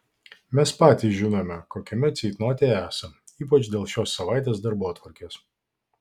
mes patys žinome kokiame ceitnote esam ypač dėl šios savaitės darbotvarkės